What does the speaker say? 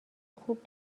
خوب